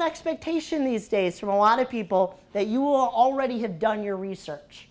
an expectation these days for a lot of people that you already have done your research